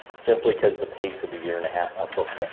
simply cause the pace of a year and a half a book,